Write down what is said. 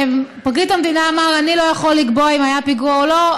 פרקליט המדינה אמר: אני לא יכול לקבוע אם היה פיגוע או לא,